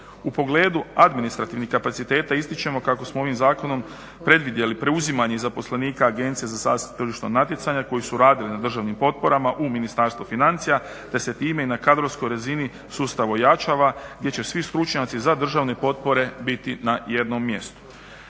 U pogledu administrativnih kapaciteta ističemo kako smo ovim zakonom predvidjeli preuzimanje zaposlenika Agencije za zaštitu tržišnog natjecanja koji su radili na državnim potporama u Ministarstvu financija te se time i na kadrovskoj razini sustav ojačava, gdje će svi stručnjaci za državne potpore biti na jednom mjestu.